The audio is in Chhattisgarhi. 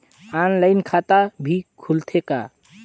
ऑनलाइन खाता भी खुलथे का?